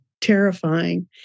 terrifying